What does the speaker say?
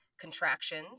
contractions